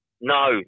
No